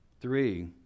Three